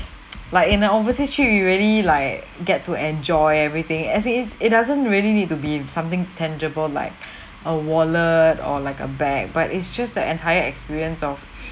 like in a overseas trip you really like get to enjoy everything as in it it doesn't really need to be something tangible like a wallet or like a bag but it's just the entire experience of